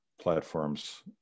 platforms